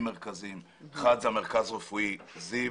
מרכזיים כאשר האחד הוא המרכז הרפואי זיו,